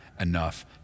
enough